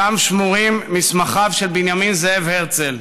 ששם שמורים מסמכיו של בנימין זאב הרצל,